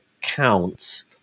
counts